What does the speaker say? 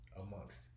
amongst